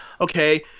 okay